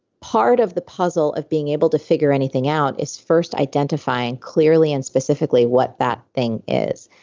part of the puzzle of being able to figure anything out is first identifying clearly and specifically what that thing is.